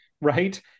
right